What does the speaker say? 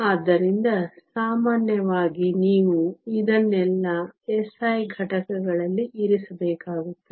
ಆದ್ದರಿಂದ ಸಾಮಾನ್ಯವಾಗಿ ನೀವು ಇದನ್ನೆಲ್ಲ SI ಘಟಕಗಳಲ್ಲಿ ಇರಿಸಬೇಕಾಗುತ್ತದೆ